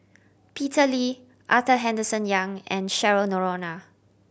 Peter Lee Arthur Henderson Young and Cheryl Noronha